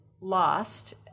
lost